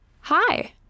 Hi